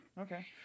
Okay